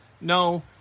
No